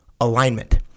alignment